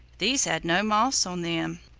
these had no moss on them.